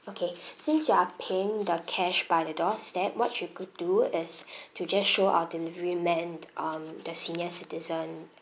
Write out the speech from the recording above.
okay since you are paying the cash by the doorstep what you could do is to just show our delivery man um the senior citizen